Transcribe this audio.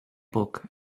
book